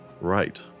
Right